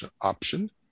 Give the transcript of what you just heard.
option